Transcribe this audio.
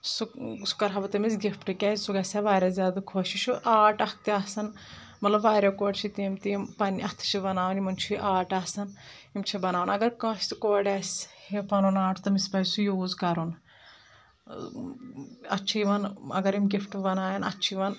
سُہ سُہ کرہاو بہٕ تٔمِس گفٹہٕ کیٛازِ سُہ گژھہِ ہا واریاہ زیادٕ خۄش یہِ چھُ آرٹ اَکھ تہِ آسان مطلب واریاہ کورِ چھِ تِم تہِ یِم پننہِ اَتھہٕ چھِ بناوان یِمن چھُ یہِ آرٹ آسان یِم چھِ بناوان اگر کٲنٛسہِ تہِ کورِ آسہِ یہِ پنُن آرٹ تٔمِس پَزِ سُہ یوٗز کَرُن ٲں اَتھ چھِ یِوان اگر یِم گفٹہٕ بنایَن اَتھ چھِ یِوان